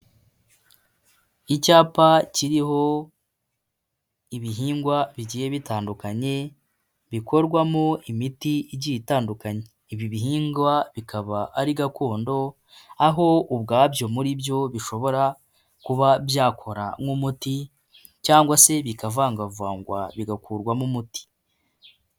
Icyapa kiriho ibihingwa bigiye bitandukanye, bikorwamo imiti igiye itandukanye, ibi bihingwa bikaba ari gakondo, aho ubwabyo muri byo bishobora kuba byakora nk'umuti, cyangwa se bikavangavangwa bigakurwamo umuti.